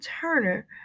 Turner